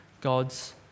God's